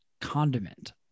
condiment